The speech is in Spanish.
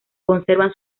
conservan